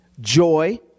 joy